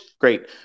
Great